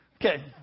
Okay